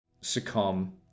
succumb